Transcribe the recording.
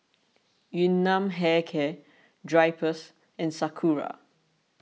Yun Nam Hair Care Drypers and Sakura